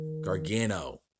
Gargano